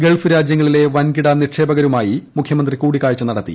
Gulf രാജൃങ്ങളിലെ വൻകിട നിക്ഷേപകരുമായി മുഖ്യമന്ത്രി കൂടിക്കാഴ്ച നടത്തി